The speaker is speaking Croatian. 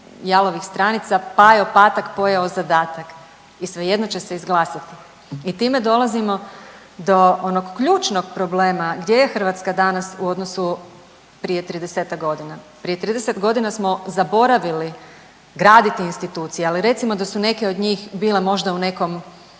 jalovih stranica Pajo patak pojeo zadatak i svejedno će se izglasati. I time dolazimo do onog ključnog problema gdje je Hrvatska danas u odnosu prije tridesetak godina. Prije 30 godina smo zaboravili graditi institucije, ali recimo da su neke od njih bile možda u nekom